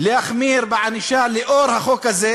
להחמיר בענישה לאור החוק הזה,